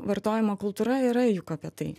vartojimo kultūra yra juk apie tai